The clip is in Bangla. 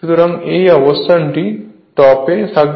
সুতরাং এই অবস্থানটি টপ এ থাকবে